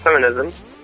feminism